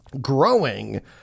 growing